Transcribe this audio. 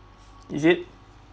is it